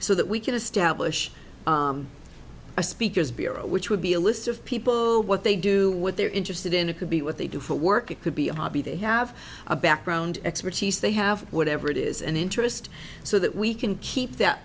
so that we can establish a speakers bureau which would be a list of people what they do what they're interested in it could be what they do for work it could be a hobby they have a background expertise they have whatever it is and interest so that we can keep that